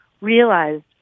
realized